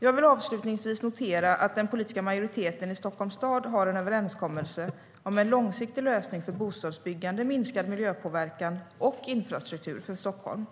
Jag vill avslutningsvis notera att den politiska majoriteten i Stockholms stad har en överenskommelse om en långsiktig lösning för bostadsbyggande, minskad miljöpåverkan och infrastruktur för Stockholm.